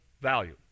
value